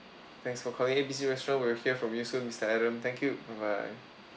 thanks for calling A B C restaurant we'll hear from you soon mister aaron thank you bye bye